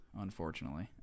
unfortunately